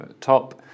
top